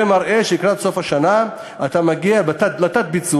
זה מראה שלקראת סוף השנה אתה מגיע לתת-ביצוע,